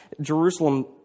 Jerusalem